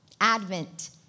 Advent